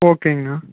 ஓகேங்கண்ணா